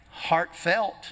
Heartfelt